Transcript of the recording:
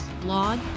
blog